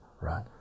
right